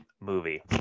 movie